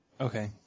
Okay